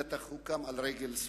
בטח הוא קם על רגל שמאל.